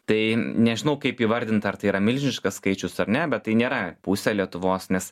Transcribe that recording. tai nežinau kaip įvardint ar tai yra milžiniškas skaičius ar ne bet tai nėra pusė lietuvos nes